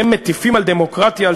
אתם מטיפים על דמוקרטיה,